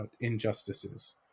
injustices